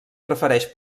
prefereix